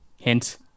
Hint